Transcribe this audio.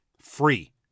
free